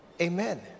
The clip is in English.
Amen